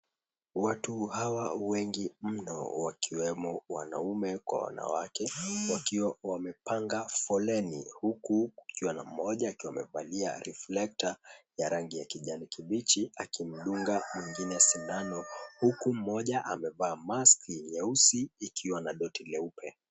Watu hawa wengi mno wakiwemo wanaume kwa wanawake wakiwa wamepenga foleni, huku mmoja akiwa amevalia reflector ya rangi ya kijani kibichi akimdunga mwingine sindano, huku mmoja amevaa maski nyeusi ikiwa na doti leupe.